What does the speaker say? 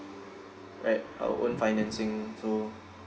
right our own financing so